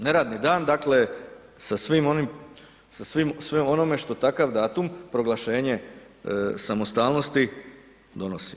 Neradni dan, dakle sa svim onim, sa svime onime što takav datum, proglašenje samostalnosti donosi.